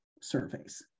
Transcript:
surveys